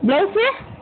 blouse